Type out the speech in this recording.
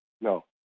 No